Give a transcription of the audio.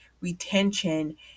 retention